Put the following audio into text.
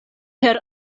per